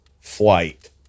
flight